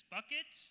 Bucket